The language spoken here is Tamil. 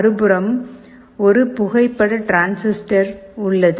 மறுபுறம் ஒரு புகைப்பட டிரான்சிஸ்டர் உள்ளது